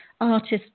artist's